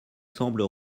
semblent